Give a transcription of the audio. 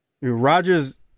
rogers